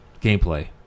Gameplay